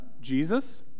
Jesus